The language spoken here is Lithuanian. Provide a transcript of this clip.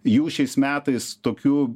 jų šiais metais tokių